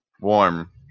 warm